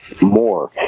more